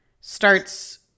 starts